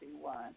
one